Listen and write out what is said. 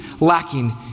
lacking